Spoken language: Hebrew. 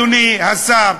אדוני השר,